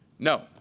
No